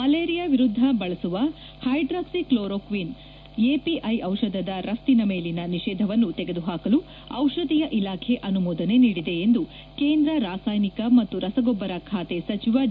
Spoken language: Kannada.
ಮಲೇರಿಯಾ ವಿರುದ್ಧ ಬಳಸುವ ಹೈಡ್ರಾಕ್ಲಿಕ್ಲೋರೋಕ್ವಿನ್ ಎಪಿಐ ಡಿಷಧದ ರಷ್ತಿನ ಮೇಲಿನ ನಿಷೇಧವನ್ನು ತೆಗೆದುಹಾಕಲು ಔಷಧೀಯ ಇಲಾಖೆ ಅನುಮೋದನೆ ನೀಡಿದೆ ಎಂದು ಕೇಂದ್ರ ರಾಸಾಯನಿಕ ಮತ್ತು ರಸಗೊಬ್ಬರ ಖಾತೆ ಸಚಿವ ಡಿ